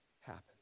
happen